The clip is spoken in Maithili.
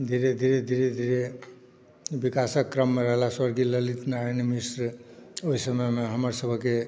धीरे धीरे धीरे धीरे धीरे विकासक क्रममे रहलासॅं स्वर्गीय ललित नारायण मिश्र ओहि समयमे हमरसभके